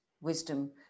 wisdom